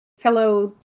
Hello